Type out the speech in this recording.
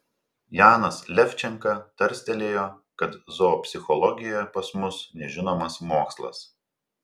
janas levčenka tarstelėjo kad zoopsichologija pas mus nežinomas mokslas